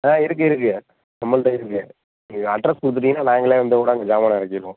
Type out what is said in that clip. ஆ இருக்குது இருக்குது நம்மள்கிட்டயே இருக்குது நீங்கள் அட்ரெஸ் கொடுத்துட்டீங்கன்னா நாங்களே வந்து கூட அங்கே ஜாமானை இறக்கிருவோம்